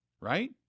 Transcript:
Right